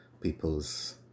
people's